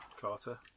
Carter